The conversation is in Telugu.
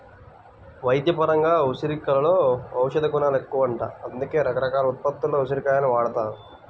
వైద్యపరంగా ఉసిరికలో ఔషధగుణాలెక్కువంట, అందుకే రకరకాల ఉత్పత్తుల్లో ఉసిరి కాయలను వాడతారు